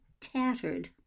tattered